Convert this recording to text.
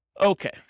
Okay